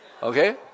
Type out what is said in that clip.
Okay